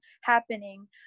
happening